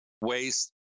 waste